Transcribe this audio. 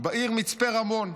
בעיר מצפה רמון.